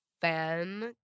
fan